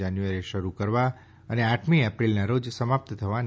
જાન્યુઆરીથી શરૂ કરવા અને આઠમી એપ્રિલના રોજ સમાપ્ત થવાની